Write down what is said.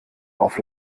auf